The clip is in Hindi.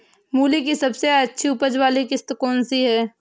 मूली की सबसे अच्छी उपज वाली किश्त कौन सी है?